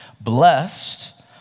Blessed